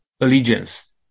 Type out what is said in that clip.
allegiance